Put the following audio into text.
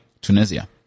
Tunisia